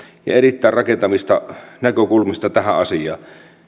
ja erittäin rakentavista näkökulmista tähän asiaan